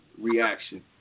reaction